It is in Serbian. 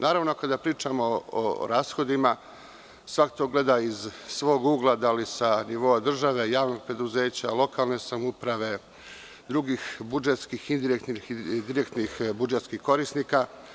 Naravno da, kada pričamo o rashodima, svako to gleda iz svog ugla, da li sa nivoa države, javnog preduzeća, lokalne samouprave, drugih budžetskih indirektnih ili direktnih budžetskih korisnika.